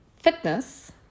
fitness